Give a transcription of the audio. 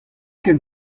ken